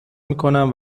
میکنم